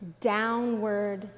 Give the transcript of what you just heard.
downward